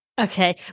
Okay